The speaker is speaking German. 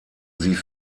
sie